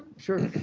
sure.